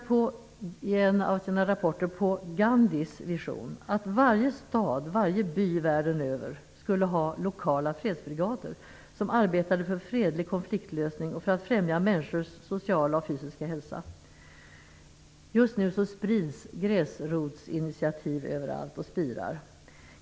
I en av sina rapporter pekar TFF på Gandhis vision att varje stad och varje by världen över skulle ha lokala fredsbrigader som arbetade för fredlig konfliktlösning och för att främja människors sociala och fysiska hälsa. Just nu sprids och spirar gräsrotsinitiativ överallt.